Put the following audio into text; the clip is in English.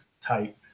tight